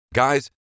Guys